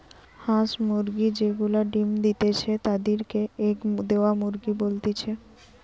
হাঁস মুরগি যে গুলা ডিম্ দিতেছে তাদির কে এগ দেওয়া মুরগি বলতিছে